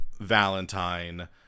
Valentine